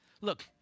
Look